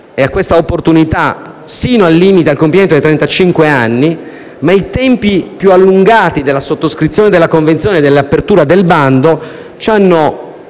a questa opportunità fino al limite del compimento dei trentacinque anni, ma i tempi più allungati della sottoscrizione della convenzione e dell'apertura del bando ci hanno